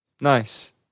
nice